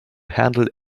handle